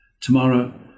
Tomorrow